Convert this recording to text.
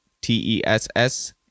T-E-S-S